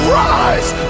rise